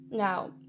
Now